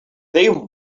they